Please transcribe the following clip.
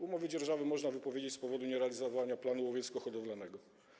Umowę dzierżawy można wypowiedzieć z powodu nierealizowania planu łowiecko-hodowlanego.